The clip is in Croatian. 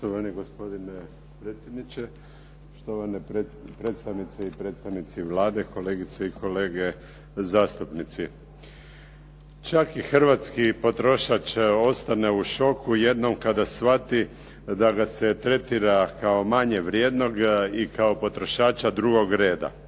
štovane predstavnice i predstavnici Vlade, kolegice i kolege zastupnici. Čak i hrvatski potrošač ostane u šoku jednom kada shvati da ga se tretira kao manje vrijednoga i kao potrošača drugog reda.